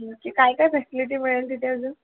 तुमची काय काय फॅसिलिटी मिळेल तिथे अजून